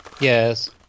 Yes